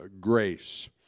grace